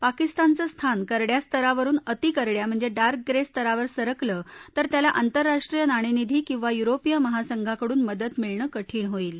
पाकिस्तानचं स्थान करङ्या स्तरावरुन अति करङ्या म्हणजे डार्क ग्रे स्तरावर सरकलं तर त्याला आंतरराष्ट्रीय नाणे निधी किंवा युरोपीय महासंघाकडून मदत मिळणं कठीण होईल